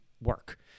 work